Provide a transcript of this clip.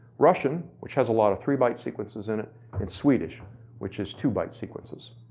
russian which has a lot of three byte sequences and it, and swedish which is two byte sequences.